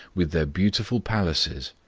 with their beautiful palaces,